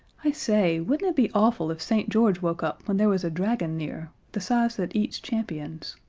i say, wouldn't it be awful if st. george woke up when there was a dragon near, the size that eats champions?